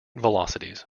velocities